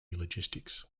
logistics